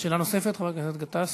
שאלה נוספת לחבר הכנסת באסל גטאס.